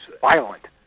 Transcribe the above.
violent